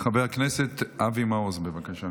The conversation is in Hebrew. חבר הכנסת אבי מעוז, בבקשה.